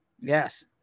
Yes